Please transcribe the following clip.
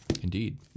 Indeed